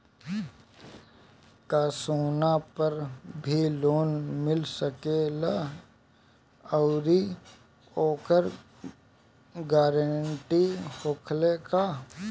का सोना पर भी लोन मिल सकेला आउरी ओकर गारेंटी होखेला का?